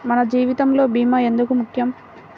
మన జీవితములో భీమా ఎందుకు ముఖ్యం?